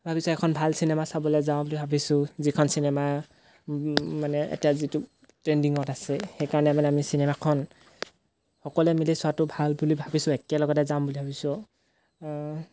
ভাবিছোঁ এখন ভাল চিনেমা চাবলৈ যাওঁ বুলি ভাবিছোঁ যিখন চিনেমা মানে এতিয়া যিটো ট্ৰেণ্ডিঙত আছে সেইকাৰণে মানে আমি চিনেমাখন সকলোৱে মিলি চোৱাটো ভাল বুলি ভাবিছোঁ একেলগতে যাওঁ বুলি ভাবিছোঁ আৰু